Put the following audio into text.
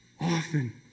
often